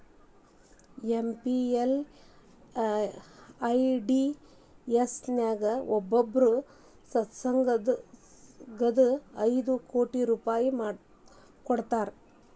MPLADS ನ್ಯಾಗ ಒಬ್ಬೊಬ್ಬ ಸಂಸದಗು ಐದು ಕೋಟಿ ರೂಪಾಯ್ ಕೊಡ್ತಾರಾ